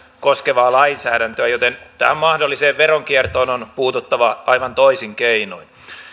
koskevaa lainsäädäntöä joten tähän mahdolliseen veronkiertoon on puututtava aivan toisin keinoin